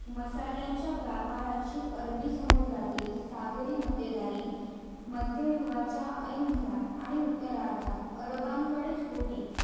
मसाल्यांच्या व्यापाराची अरबी समुद्रातील सागरी मक्तेदारी मध्ययुगाच्या ऐन भरात आणि उत्तरार्धात अरबांकडेच होती